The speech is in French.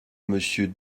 monsieur